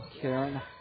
Karen